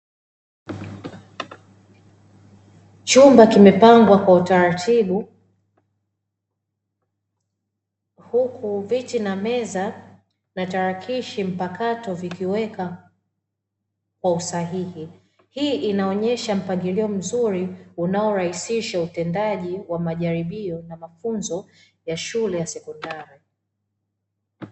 Chumba kimepangwa kwa utaratibu huku viti na meza na tarakishi mpakato vikiweka kwa usahihi, hii inaonyesha mpangilio mzuri unaorahisisha utendaji wa majaribio na mafunzo ya shule ya sekondari.